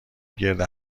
گرد